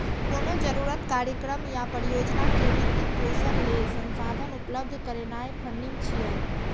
कोनो जरूरत, कार्यक्रम या परियोजना के वित्त पोषण लेल संसाधन उपलब्ध करेनाय फंडिंग छियै